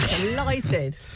delighted